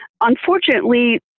Unfortunately